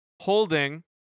holding